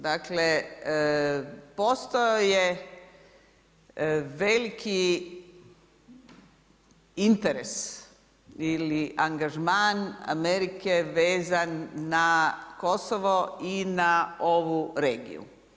Dakle, postoji veliki interes ili angažman Amerike vezan na Kosovo i na ovu regiju.